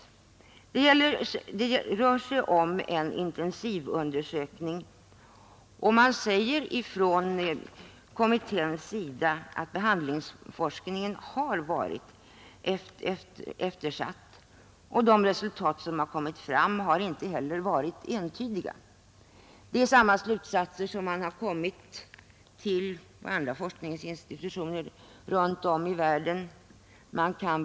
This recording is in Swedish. Det rör sig om en intensivundersökning, och man säger från kommitténs sida att behandlingsforskningen har varit eftersatt. De resultat som har framkommit har inte heller varit entydiga. Det är samma slutsatser som andra forskningsinstitutioner runt om i världen har kommit fram till.